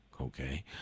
okay